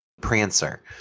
prancer